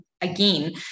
again